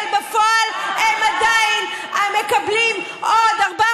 אבל בפועל הם עדיין מקבלים עוד 400,